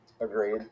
Agreed